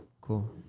cool